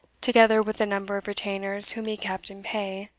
together with the number of retainers whom he kept in pay,